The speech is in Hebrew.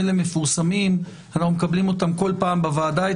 אנחנו מקבלים אותם כל פעם בוועדה.